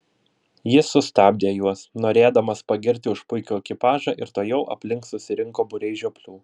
jis sustabdė juos norėdamas pagirti už puikų ekipažą ir tuojau aplink susirinko būriai žioplių